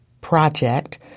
Project